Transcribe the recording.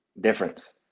difference